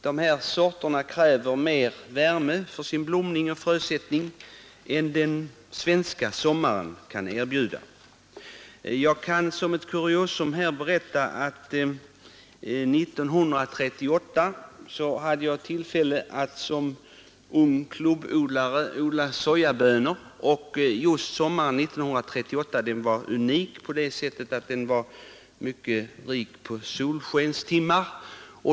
Dessa sorter kräver mera värme för sin blomning och frösättning än den svenska sommaren kan erbjuda. Jag kan som ett kuriosum berätta att 1938 hade jag tillfälle att som ung klubbodlare odla sojabönor, och den sommaren var unik på det sättet att den var mycket rik på solskenstimmar.